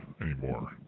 anymore